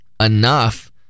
enough